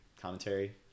commentary